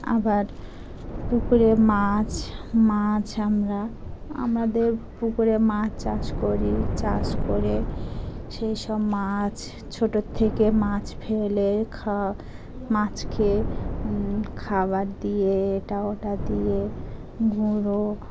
আবার পুকুরে মাছ মাছ আমরা আমাদের পুকুরে মাছ চাষ করি চাষ করে সেই সব মাছ ছোটোর থেকে মাছ ফেলে খা মাছকে খাবার দিয়ে এ টা ওটা দিয়ে গুঁড়ো